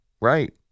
Right